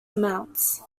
amounts